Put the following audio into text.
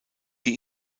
die